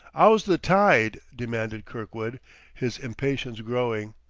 how's the tide? demanded kirkwood his impatience growing.